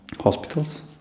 hospitals